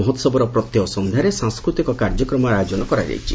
ମହୋହବର ପ୍ରତ୍ୟହ ସନ୍ଧ୍ୟାରେ ସାଂସ୍କୃତିକ କାର୍ଯ୍ୟକ୍ରମର ଆୟୋଜନ କରାଯାଇଛି